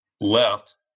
left